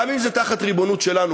גם אם זה תחת ריבונות שלנו,